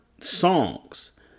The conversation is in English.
songs